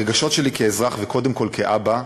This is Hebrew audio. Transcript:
הרגשות שלי כאזרח, וקודם כול כאבא,